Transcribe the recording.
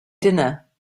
dinner